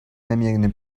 намерены